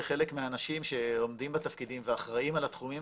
שחלק מהאנשים שעומדים בתפקידים ואחראיים על התחומים